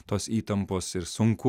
tos įtampos ir sunku